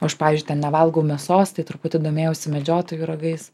aš pavyzdžiui ten nevalgau mėsos tai truputį domėjausi medžiotojų ragais